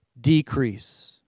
decrease